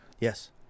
Yes